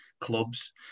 clubs